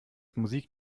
musik